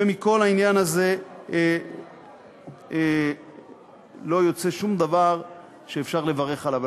ומכל העניין הזה לא יוצא שום דבר שאפשר לברך עליו.